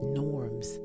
norms